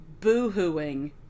boo-hooing